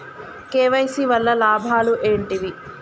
KYC వల్ల లాభాలు ఏంటివి?